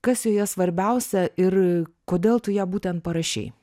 kas joje svarbiausia ir kodėl tu ją būtent parašei